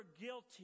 guilty